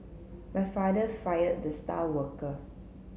my father fired the star worker